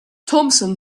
thompson